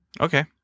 Okay